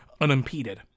unimpeded